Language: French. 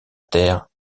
terre